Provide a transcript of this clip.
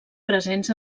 presents